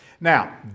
Now